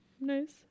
Nice